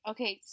Okay